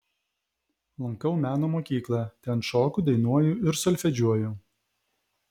lankau meno mokyklą ten šoku dainuoju ir solfedžiuoju